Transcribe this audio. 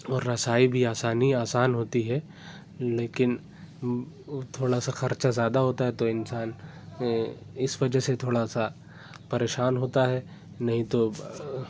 اور رسائی بھی آسانی آسان ہوتی ہے لیکن تھوڑا سا خرچہ زیادہ ہوتا ہے تو انسان اِس وجہ سے تھوڑا سا پریشان ہوتا ہے نہیں تو